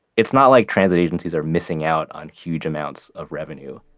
it's not like transit agencies are missing out on huge amounts of revenue.